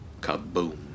Kaboom